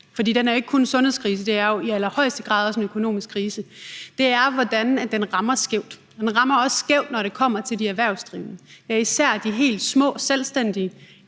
for det er ikke kun en sundhedskrise, det er jo i allerhøjeste grad også en økonomisk krise – er, hvordan den rammer skævt. Den rammer også skævt, når det kommer til de erhvervsdrivende, især de helt små selvstændige,